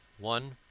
one